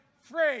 free